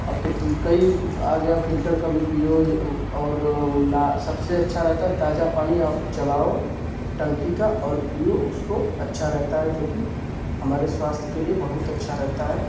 अब तो फिल कई आ गया फिल्टर का भी पियो और न सबसे अच्छा रहता है ताज़ा पानी आप चलाओ टंकी का और पियो उसको अच्छा रहता है जो कि हमारे स्वास्थ के लिए बहुत अच्छा रहता है